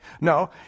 No